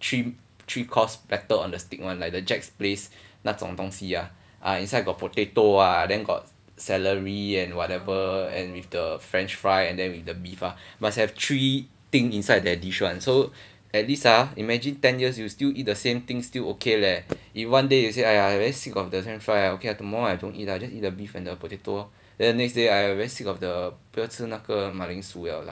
three three course platter on the steak one like the Jack's Place 那种东西啊 ah inside got potato ah then got celery and whatever and with the french fry then with the beef ah must have three thing inside the dish one so at least ah imagine ten years you still eat the same thing still okay leh if one day you say !aiya! very sick of the french fry ah okay tomorrow I don't eat lah just eat the beef and the potato lor then the next day ah I very sick of the 不要吃那个马铃薯 liao